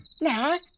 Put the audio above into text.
Nah